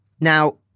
Now